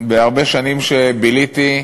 בהרבה שנים שביליתי,